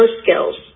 skills